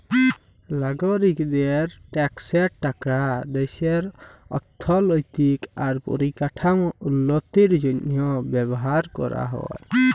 লাগরিকদের ট্যাক্সের টাকা দ্যাশের অথ্থলৈতিক আর পরিকাঠামোর উল্লতির জ্যনহে ব্যাভার ক্যরা হ্যয়